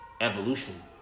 evolution